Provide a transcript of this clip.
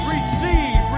Receive